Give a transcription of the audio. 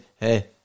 hey